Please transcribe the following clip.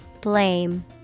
Blame